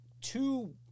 two